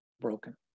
broken